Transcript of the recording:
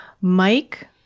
Mike